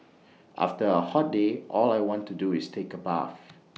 after A hot day all I want to do is take A bath